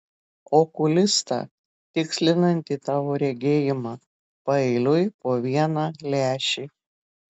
okulistą tikslinantį tavo regėjimą paeiliui po vieną lęšį